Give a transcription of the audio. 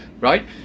right